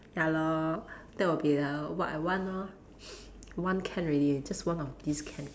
ya lor that would be err what I want lor one can already just one of these can